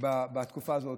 בתקופה הזאת,